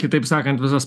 kitaip sakant visos